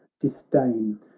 disdain